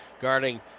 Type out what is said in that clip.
guarding